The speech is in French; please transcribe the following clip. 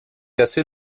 assez